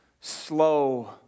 slow